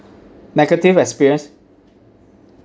negative experience